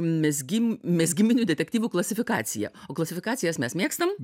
mezgim mezgiminių detektyvų klasifikacijao klasifikacijas mes mėgstam